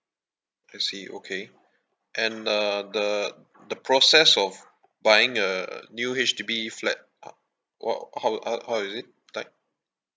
I see okay and uh the the process of buying a new H_D_B flat what how how how is it like